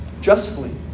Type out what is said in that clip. justly